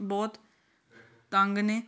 ਬਹੁਤ ਤੰਗ ਨੇ